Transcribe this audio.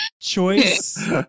choice